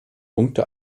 punkte